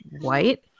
white